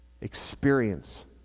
experience